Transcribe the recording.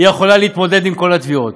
היא יכולה להתמודד עם כל התביעות.